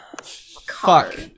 Fuck